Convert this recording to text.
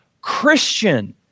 Christian